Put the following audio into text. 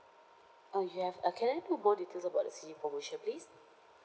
uh you have uh can I know more details about the senior promotion please